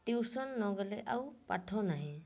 tuition ନ ଗଲେ ଆଉ ପାଠ ନାହିଁ